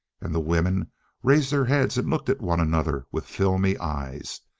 and the women raised their heads and looked at one another with filmy eyes.